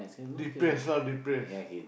replace lah replace